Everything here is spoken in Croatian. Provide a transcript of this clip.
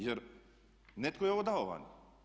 Jer netko je ovo dao vani.